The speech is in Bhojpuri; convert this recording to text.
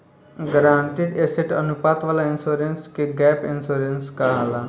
गारंटीड एसेट अनुपात वाला इंश्योरेंस के गैप इंश्योरेंस कहाला